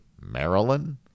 Maryland